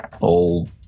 old